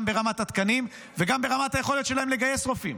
גם ברמת התקנים וגם ברמת היכולת שלהם לגייס רופאים.